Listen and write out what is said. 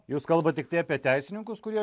jūs kalbat tiktai apie teisininkus kurie